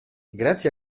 grazie